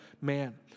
man